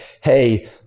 hey